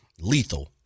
lethal